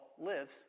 lives